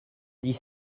dix